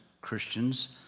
Christians